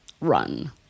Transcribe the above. Run